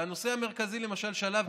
והנושא המרכזי למשל שעלה,